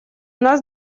нас